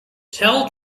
tell